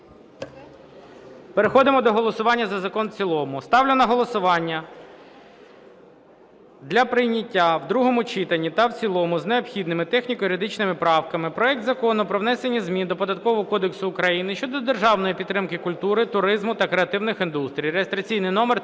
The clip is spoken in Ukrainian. Переходимо до голосування за закон в цілому. Ставлю на голосування для прийняття в другому читанні та в цілому з необхідними техніко-юридичними правками проект Закону про внесення змін до Податкового кодексу України щодо державної підтримки культури, туризму та креативних індустрій (реєстраційний номер